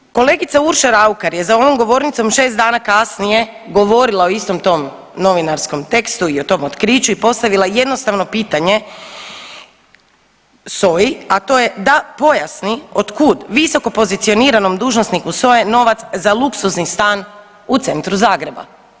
Dakle, kolegica Urša Raukar je za ovom govornicom šest dana kasnije govorila o istom tom novinarskom tekstu i o tom otkriću i postavila jednostavno pitanje SOA-i, a to je da pojasni od kud visokopozicioniranom dužnosniku SOA-e novac za luksuzni stan u centru Zagreba.